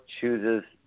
chooses